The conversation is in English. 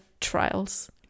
trials